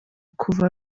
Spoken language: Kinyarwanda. kuva